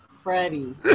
Freddie